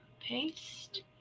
paste